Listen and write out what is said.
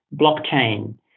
blockchain